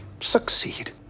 succeed